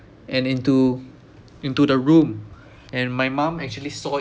and into into the room and my mum actually saw it